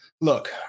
look